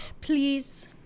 Please